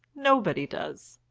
nobody does.